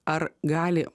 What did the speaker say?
ar gali